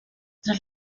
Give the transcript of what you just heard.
tras